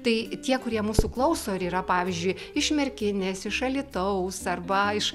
tai tie kurie mūsų klauso ir yra pavyzdžiui iš merkinės iš alytaus arba iš